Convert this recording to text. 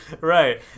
Right